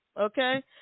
Okay